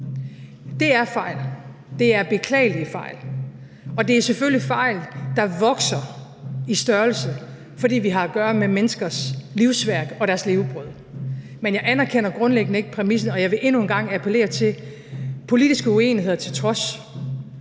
Det er fejl. Det er beklagelige fejl, og det er selvfølgelig fejl, der vokser i størrelse, fordi vi har at gøre med menneskers livsværk og deres levebrød. Men jeg anerkender grundlæggende ikke præmissen, og jeg vil endnu en gang appellere: Politiske uenigheder til trods